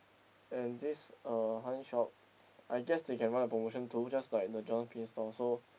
and this uh honey shop I guess they can run a promotion too just like the Jonh pin store so